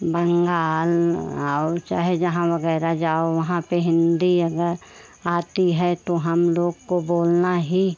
बंगाल और चाहे जहाँ वग़ैरह जाओ वहाँ पर हिन्दी अगर आती है तो हम लोग को बोलना ही